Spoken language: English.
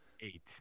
Eight